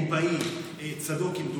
ליבאי, צדוק, כמדומני,